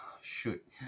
Shoot